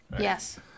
Yes